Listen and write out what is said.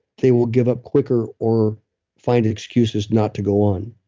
they will give up quicker, or find excuses not to go on.